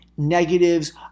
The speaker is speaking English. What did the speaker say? negatives